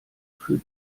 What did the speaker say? für